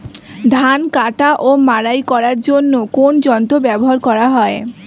ধান কাটা ও মাড়াই করার জন্য কোন যন্ত্র ব্যবহার করা হয়?